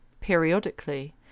periodically